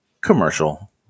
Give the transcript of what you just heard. commercial